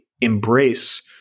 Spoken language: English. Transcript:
embrace